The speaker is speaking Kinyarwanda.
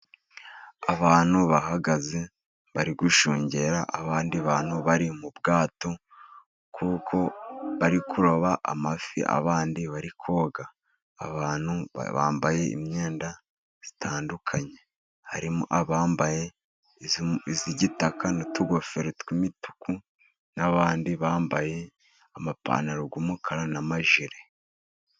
Abantu bahagaze bari gushungera, abandi bantu bari mu bwato, kuko bari kuroba amafi abandi bari koga, abantu bambaye imyenda itandukanye harimo abambaye iy'igitaka n'utugofero tw'imituku n'abandi bambaye amapantaro y'umukara n'amajire.